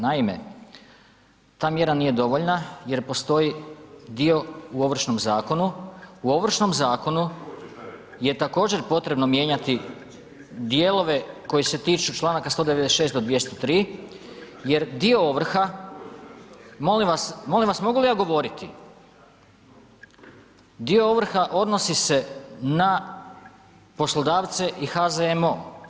Naime, ta mjera nije dovoljna jer postoji dio u Ovršnom zakonu, u Ovršnom zakonu je također potrebno mijenjati dijelove koji se tiču Članaka 196. do 203., jer dio ovrha, molim vas mogu li ja govoriti, dio ovrha odnosi se na poslodavce i HZMO.